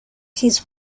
his